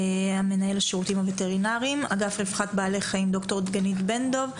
מנהל השירותים הווטרינריים וד"ר דגנית בן דוב,